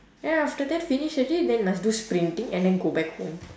then after that finish already then must do sprinting and then go back home